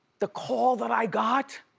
the call that i got.